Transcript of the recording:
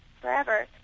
forever